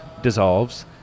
dissolves